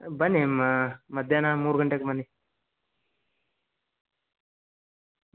ಬನ್ನಿ ಅಮ್ಮ ಮಧ್ಯಾಹ್ನ ಮೂರು ಗಂಟೆಗೆ ಬನ್ನಿ